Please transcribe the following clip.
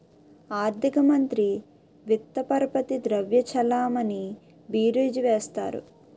ఆర్థిక మంత్రి విత్త పరపతి ద్రవ్య చలామణి బీరీజు వేస్తారు